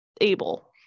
able